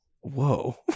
Whoa